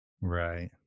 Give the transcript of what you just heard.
Right